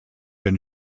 been